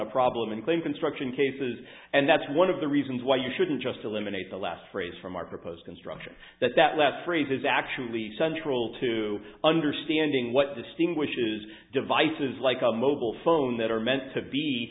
a problem and claim construction cases and that's one of the reasons why you shouldn't just eliminate the last phrase from my proposed construction that that last phrase is actually central to understanding what distinguishes devices like a mobile phone that are meant to be